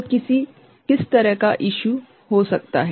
तो किस तरह का इश्यू हो सकता है